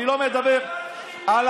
לא נפסיק את ההפגנות, אהבת חינם.